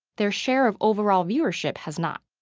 their share of overall viewership has not.